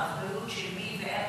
האחריות של מי ואיך,